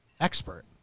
Expert